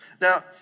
Now